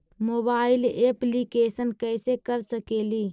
Mobile application कैसे कर सकेली?